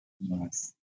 Nice